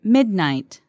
Midnight